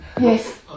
yes